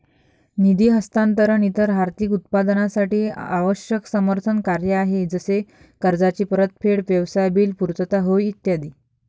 निधी हस्तांतरण इतर आर्थिक उत्पादनांसाठी आवश्यक समर्थन कार्य आहे जसे कर्जाची परतफेड, व्यवसाय बिल पुर्तता होय ई